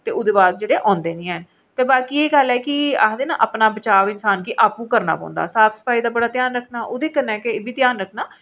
ते ओह्दे बाद ओह्दे बाद ओह् औंदे नीं हैन ते बाकी एह् गल्ल ऐ कि दें नां कि अपना बचाव इन्सान गी आपूं करना पौंदा साफ सफाई बड़ा घ्यान रक्खना ओह्दे कन्नै एह् बी घ्यान रक्खना